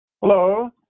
Hello